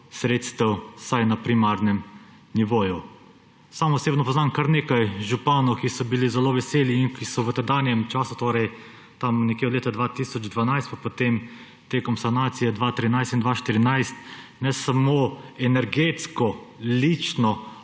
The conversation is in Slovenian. sredstev, vsaj na primarnem nivoju ne. Sam osebno poznam kar nekaj županov, ki so bili zelo veseli in ki so v tedanjem času, torej nekje od leta 2012 pa potem tekom sanacije 2013 in 2014, ne samo energetsko lično